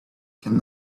can